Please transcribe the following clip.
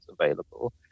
available